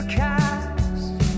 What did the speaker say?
cast